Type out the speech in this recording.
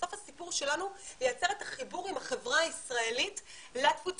בסוף הסיפור שלנו הוא לייצר את החיבור עם החברה הישראלית לתפוצות,